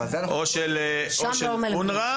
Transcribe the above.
שם לא מלמדים.